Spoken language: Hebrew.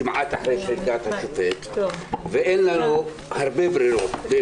כמעט אחרי --- ואין לנו הרבה ברירות.